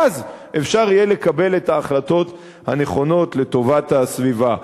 ואז אפשר יהיה לקבל את ההחלטות הנכונות לטובת הסביבה.